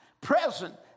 present